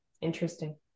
Interesting